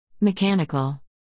Mechanical